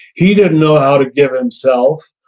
he didn't know how to give himself,